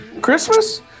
Christmas